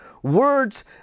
Words